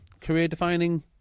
career-defining